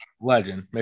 Legend